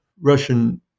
Russian